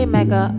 Mega